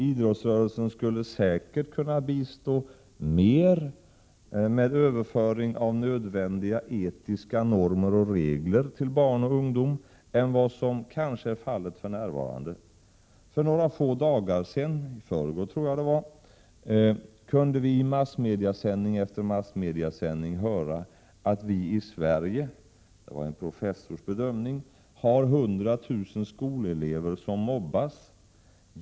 Idrottsrörelsen skulle säkert kunna bistå mer med överföring av nödvändiga etiska normer och regler till barn och ungdom än vad som kanske är fallet för närvarande. För bara några dagar sedan, jag tror att det var i förrgår, meddelades i massmedia i sändning efter sändning — det var en professors bedömning — att 100 000 skolelever i Sverige mobbas.